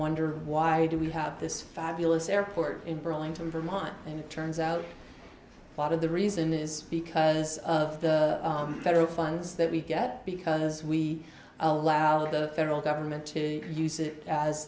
wondered why do we have this fabulous airport in burlington vermont and it turns out a lot of the reason is because of the federal funds that we get because we allow the federal government to use it as